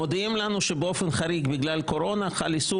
מודיעים לנו שבאופן חריג בגלל הקורונה חל איסור